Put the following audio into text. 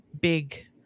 big